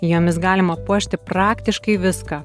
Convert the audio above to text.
jomis galima puošti praktiškai viską